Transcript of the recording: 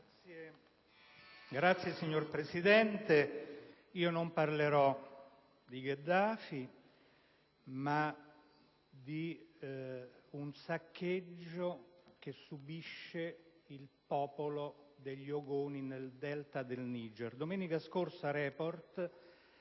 Signor Presidente, non parlerò di Gheddafi, ma del saccheggio che subisce il popolo degli Ogoni nel Delta del Niger. Domenica scorsa la